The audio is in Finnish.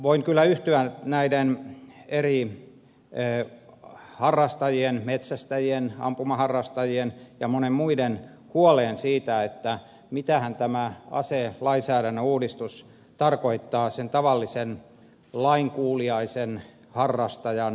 voin kyllä yhtyä näiden eri harrastajien metsästäjien ampumaharrastajien ja monien muiden huoleen siitä mitähän tämä aselainsäädännön uudistus tarkoittaa sen tavallisen lainkuuliaisen harrastajan näkökulmasta